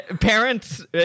parents